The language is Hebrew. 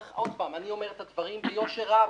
אני אומר את הדברים ביושר רב.